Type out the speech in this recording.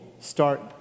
start